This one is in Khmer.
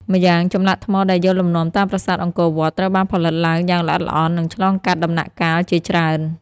ម្យ៉ាងចម្លាក់ថ្មដែលយកលំនាំតាមប្រាសាទអង្គរវត្ត ត្រូវបានផលិតឡើងយ៉ាងល្អិតល្អន់ និងឆ្លងកាត់ដំណាក់កាលជាច្រើន។